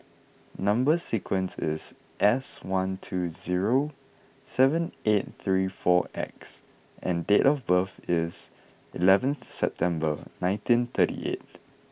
number sequence is S one two zero seven eight three four X and date of birth is eleven September nineteen thirty eight